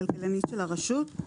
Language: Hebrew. הכלכלנית של הרשות.